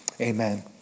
Amen